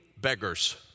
beggars